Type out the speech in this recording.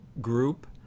group